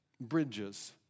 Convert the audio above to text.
bridges